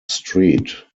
street